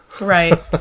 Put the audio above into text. Right